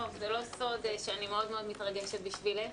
זה לא סוד שאני מאוד מאוד מתרגשת בשבילך,